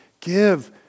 Give